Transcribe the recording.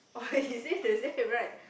or is it the same right